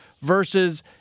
versus